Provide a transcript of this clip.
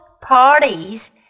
parties